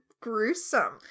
gruesome